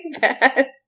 bad